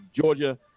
Georgia